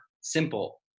simple